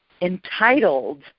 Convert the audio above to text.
entitled